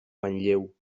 manlleu